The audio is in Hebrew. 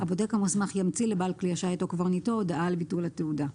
הבודק המוסמך ימציא לבעל כלי השיט או קברניט הודעה על ביטול התעודה.